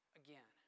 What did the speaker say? again